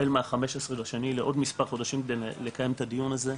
החל מה- 15.2 לעוד מספר חודשים כדי לקיים את הדיון הזה,